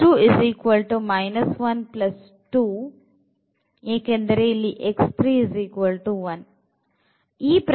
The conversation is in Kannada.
12 1